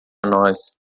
nós